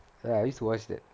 ya I used to watch that